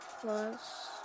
plus